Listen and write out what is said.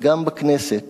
וגם בכנסת